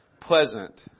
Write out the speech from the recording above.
pleasant